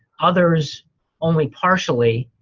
others only partially,